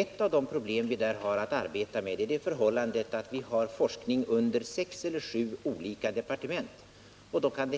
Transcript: Ett av de problem som vi i detta sammanhang arbetat med är att vi har forskning under sex eller sju olika departement, och då kan